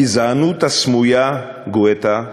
הגזענות הסמויה, גואטה,